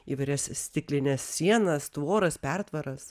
įvairias stiklines sienas tvoras pertvaras